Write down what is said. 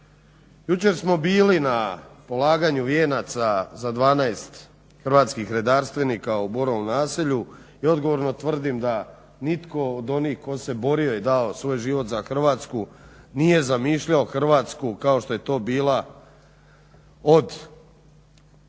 Jučer smo bili na polaganju vijenaca za 12 hrvatskih redarstvenika u Borovom Naselju i odgovorno tvrdim da nitko od onih tko se borio i dao svoj život za Hrvatsku nije zamišljao Hrvatsku kao što je to bila od osnutka